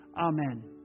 amen